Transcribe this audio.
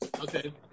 Okay